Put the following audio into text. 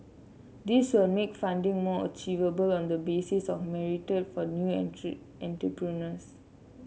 this will make funding more achievable on the basis of merit for new entrepreneurs